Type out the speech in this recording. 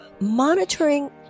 monitoring